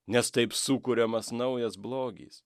nes taip sukuriamas naujas blogis